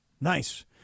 Nice